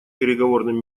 переговорным